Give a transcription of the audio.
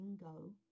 go